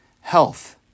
health